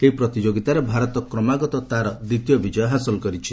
ଏହି ପ୍ରତିଯୋଗିତାରେ ଭାରତ କ୍ରମାଗତ ତାର ଦ୍ୱିତୀୟ ବିଜୟ ହାସଲ କରିଛି